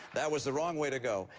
that was the wrong way to go.